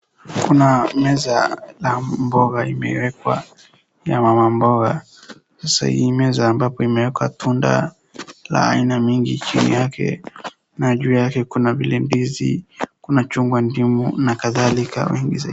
Kuna meza na mboga imewekwa ya mama mboga, sasa hii meza ambapo imewekwa tunda la aina mingi na ju yake kuna vile ndizi, kuna chungwa, ndimu na kadhalika.